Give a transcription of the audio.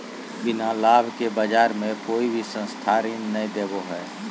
बिना लाभ के बाज़ार मे कोई भी संस्था ऋण नय देबो हय